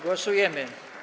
Głosujemy.